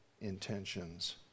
intentions